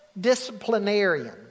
disciplinarian